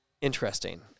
interesting